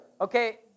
Okay